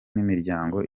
n’imiryango